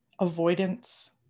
avoidance